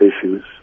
issues